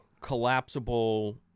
collapsible